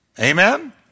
Amen